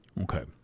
Okay